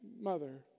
mother